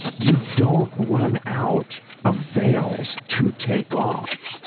you don't run out of veils to take off,